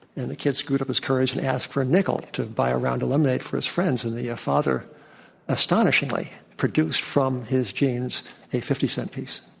and the kid screwed up his courage and asked for a nickel to buy a round of lemonade for his friends, and the father astonishingly produced from his jeans a fifty cent piece.